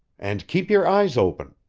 and keep your eyes open.